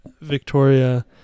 victoria